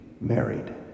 married